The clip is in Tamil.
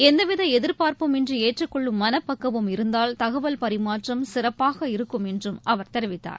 எந்தவிதஎதிர்பார்ப்பும் இன்றிஏற்றுக்கொள்ளும் மனப்பக்குவம் இருந்தால் தகவல் பரிமாற்றம் சிறப்பாக இருக்கும் என்றும் அவர் தெரிவித்தார்